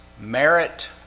merit